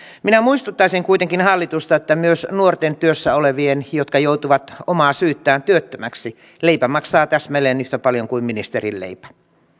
minä muistuttaisin kuitenkin hallitusta että myös nuorten työssä olevien jotka joutuvat ilman omaa syytään työttömiksi leipä maksaa täsmälleen yhtä paljon kuin ministerin leipä